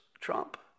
Trump